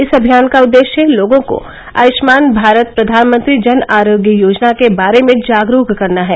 इस अभियान का उद्देश्य लोगों को आयुष्मान भारत प्रधानमंत्री जन आरोग्य योजना के बारे में जागरूक करना है